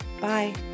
Bye